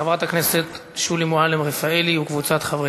חברת הכנסת עאידה תומא סלימאן מבקשת גם